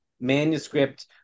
manuscript